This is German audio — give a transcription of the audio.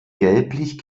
gelblich